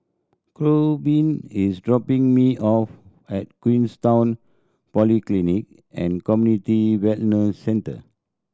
Korbin is dropping me off at Queenstown Polyclinic and Community Wellness Centre